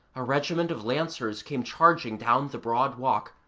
a regiment of lancers came charging down the broad walk,